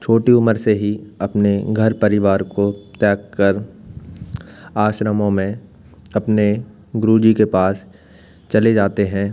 छोटी उम्र से ही अपने घर परिवार को त्याग कर आश्रमों में अपने गुरू जी के पास चले जाते हैं